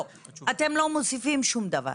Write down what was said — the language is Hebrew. לא, אתם לא מוסיפים שום דבר.